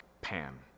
Pan